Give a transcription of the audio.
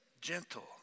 Gentle